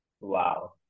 Wow